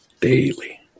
daily